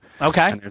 Okay